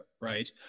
right